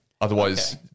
otherwise